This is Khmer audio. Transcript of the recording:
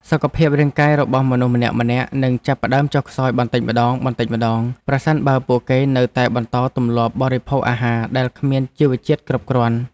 សុខភាពរាងកាយរបស់មនុស្សម្នាក់ៗនឹងចាប់ផ្តើមចុះខ្សោយបន្តិចម្តងៗប្រសិនបើពួកគេនៅតែបន្តទម្លាប់បរិភោគអាហារដែលគ្មាន ជីវជាតិគ្រប់គ្រាន់។